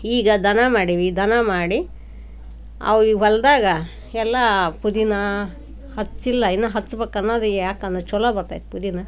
ಈಗ ದನ ಮಾಡೀವಿ ದನ ಮಾಡಿ ಅವು ಇವು ಹೊಲದಾಗ ಎಲ್ಲ ಪುದೀನಾ ಹಚ್ಚಿಲ್ಲ ಇನ್ನು ಹಚ್ಬೇಕನ್ನೋದು ಯಾಕಂದರೆ ಛಲೋ ಬರ್ತಾಯಿತ್ತು ಪುದೀನಾ